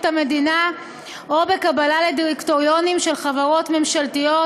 המדינה ובקבלה לדירקטוריונים של חברות ממשלתיות,